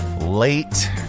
late